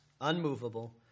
unmovable